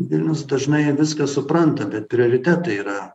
vilnius dažnai viską supranta bet prioritetai yra